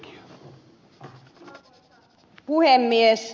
arvoisa puhemies